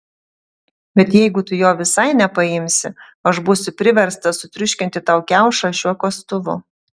bet jeigu tu jo visai nepaimsi aš būsiu priverstas sutriuškinti tau kiaušą šiuo kastuvu